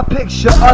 picture